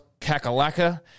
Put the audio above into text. Kakalaka